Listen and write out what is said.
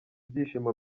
ibyishimo